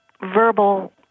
verbal